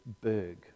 Berg